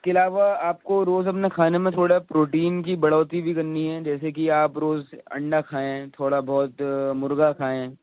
اس کے علاوہ آپ کو روز اپنے کھانے میں تھوڑا پروٹین کی بڑھوتی بھی کرنی ہے جیسے کہ آپ روز انڈا کھائیں تھوڑا بہت مرغا کھائیں